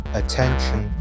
attention